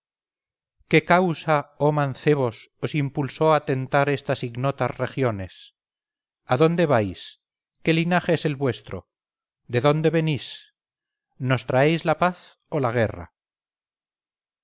qué causa oh mancebos os impulsó a tentar estas ignotas regiones adónde vais qué linaje es el vuestro de dónde venís nos traéis la paz o la guerra